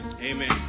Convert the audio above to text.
Amen